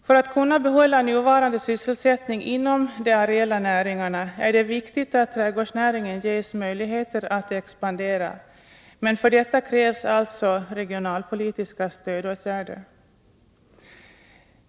För att vi skall kunna behålla nuvarande sysselsättning inom de areella näringarna är det viktigt att trädgårdsnäringen ges möjligheter att expandera, men för detta krävs alltså regionalpolitiska stödåtgärder.